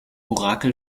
orakel